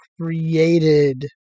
created